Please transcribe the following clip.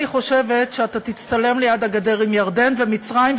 אני חושבת שאתה תצטלם ליד הגדר עם ירדן ומצרים,